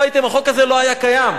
החוק הזה לא היה קיים.